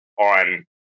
on